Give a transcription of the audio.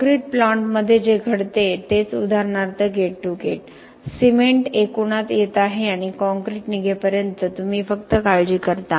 concrete प्लांटमध्ये जे घडते तेच उदाहरणार्थ गेट टू गेट सिमेंट एकुणात येत आहे आणि काँक्रीट निघेपर्यंत तुम्ही फक्त काळजी करता